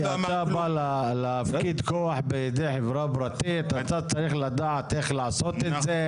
כשאתה בא להפקיד כוח בידי חברה פרטית אתה צריך לדעת איך לעשות את זה.